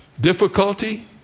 difficulty